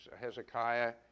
Hezekiah